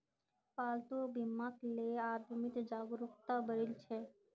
पालतू बीमाक ले आदमीत जागरूकता बढ़ील छ